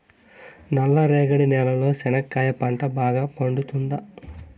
నల్ల రేగడి నేలలో చెనక్కాయ పంట బాగా పండుతుందా?